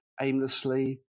aimlessly